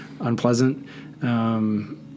unpleasant